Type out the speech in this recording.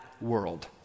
world